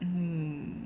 mm